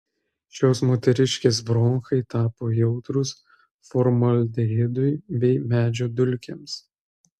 šios moteriškės bronchai tapo jautrūs formaldehidui bei medžio dulkėms